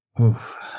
Oof